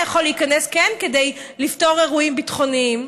יכול להיכנס אליו כדי לפתור אירועים ביטחוניים.